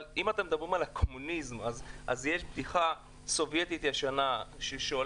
אבל אם אתם מדברים על הקומוניזם אז יש בדיחה סובייטית ישנה ששואלים,